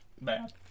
bad